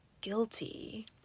guilty